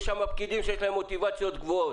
יש שם פקידים שיש להם מוטיבציות גבוהות,